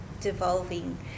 Devolving